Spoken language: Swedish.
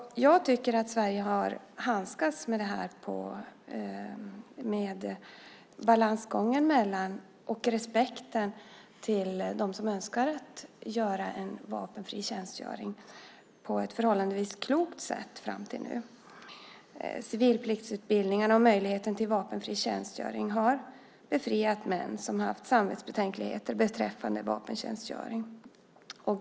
Jag tycker att Sverige har handskats med balansgången och respekten för dem som önskar göra vapenfri tjänst på ett förhållandevis klokt sätt fram till nu. Civilpliktsutbildningarna och möjligheten till vapenfri tjänstgöring har befriat män som haft samvetsbetänkligheter beträffande vapentjänstgöring.